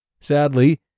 Sadly